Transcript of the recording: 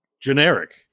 generic